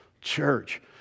church